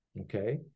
okay